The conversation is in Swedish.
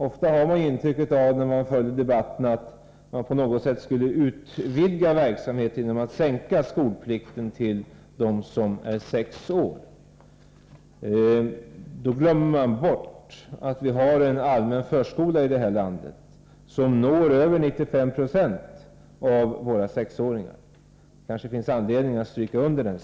När man följer debatten får man intryck av att man på något sätt skulle utvidga verksamheten genom att sänka skolpliktsåldern till sex år. Men då glömmer man bort att vi har en allmän förskola i det här landet som når över 95 96 av våra sexåringar. Det kanske finns anledning att stryka under detta.